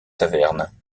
taverne